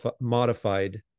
modified